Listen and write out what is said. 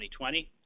2020